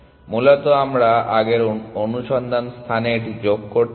মূলত আমরা আমাদের অনুসন্ধান স্থানে এটি যোগ করতে চাই